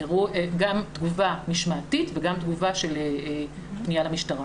גם תגובה משמעתית וגם תגובה של פנייה למשטרה.